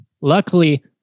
Luckily